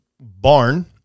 barn